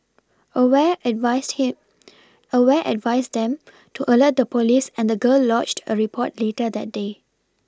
aware advised him aware advised them to alert the police and the girl lodged a report later that day